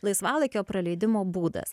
laisvalaikio praleidimo būdas